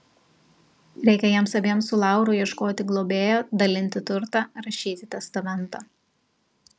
reikia jiems abiems su lauru ieškoti globėjo dalinti turtą rašyti testamentą